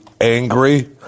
angry